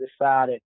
decided